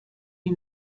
wie